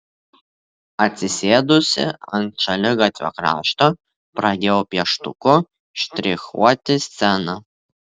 atsisėdusi ant šaligatvio krašto pradėjo pieštuku štrichuoti sceną